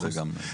מאה אחוז.